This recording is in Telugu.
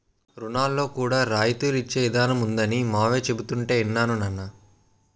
రుణాల్లో కూడా రాయితీలు ఇచ్చే ఇదానం ఉందనీ మావయ్య చెబుతుంటే యిన్నాను నాన్నా